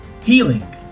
healing